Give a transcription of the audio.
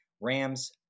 Rams